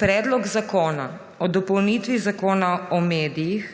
Predlog zakona o dopolnitvi Zakona o medijih,